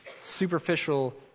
superficial